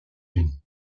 unis